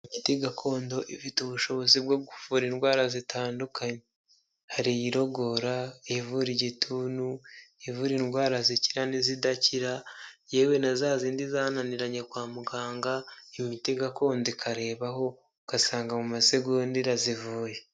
Imiti gakondo ifite ubushobozi bwo kuvura indwara zitandukanye hari irogora, ivura igituntu, ivura indwara zikira n'izidakira yewe na za zindi zananiranye kwa muganga imiti gakondo ikarebaho ugasanga mu masegonda irazivuye.